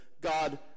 God